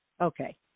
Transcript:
Okay